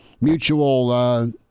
mutual